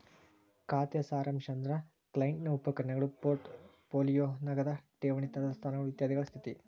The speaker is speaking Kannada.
ಖಾತೆ ಸಾರಾಂಶ ಅಂದ್ರ ಕ್ಲೈಂಟ್ ನ ಉಪಕರಣಗಳು ಪೋರ್ಟ್ ಪೋಲಿಯೋ ನಗದ ಠೇವಣಿ ತೆರೆದ ಸ್ಥಾನಗಳು ಇತ್ಯಾದಿಗಳ ಸ್ಥಿತಿ